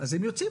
אז הם יוצאים,